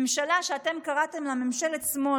בממשלה שאתם קראתם לה "ממשלת שמאל",